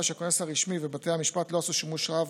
שהכונס הרשמי ובתי המשפט לא עשו שימוש רב